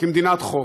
כמדינת חוק.